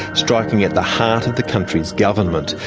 striking at the heart of the country's government.